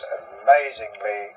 amazingly